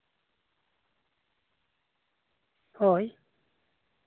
ᱦᱳᱭ